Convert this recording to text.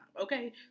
okay